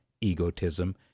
egotism